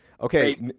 okay